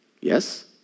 Yes